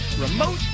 remote